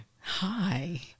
Hi